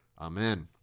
Amen